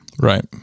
Right